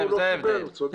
זה ההבדל.